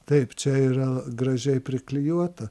taip čia yra gražiai priklijuota